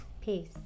Peace